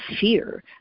fear